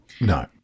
no